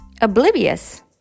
oblivious